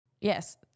yes